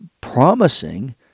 promising